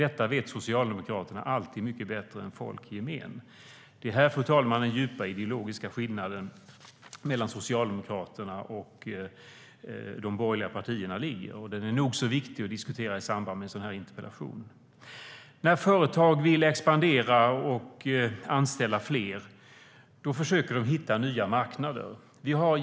Detta vet Socialdemokraterna alltid mycket bättre än folk i gemen. När företag vill expandera och anställa fler försöker de hitta nya marknader.